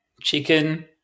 chicken